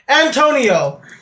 Antonio